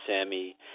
Sammy